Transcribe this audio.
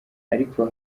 ariko